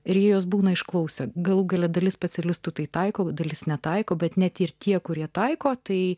ir jos būna išklausę galų gale dalis specialistų tai taiko dalis netaiko bet net ir tie kurie taiko tai